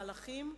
אחרת,